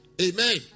Amen